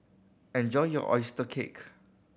enjoy your oyster cake